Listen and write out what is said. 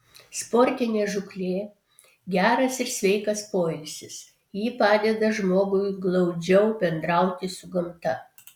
sportinė žūklė geras ir sveikas poilsis ji padeda žmogui glaudžiau bendrauti su gamta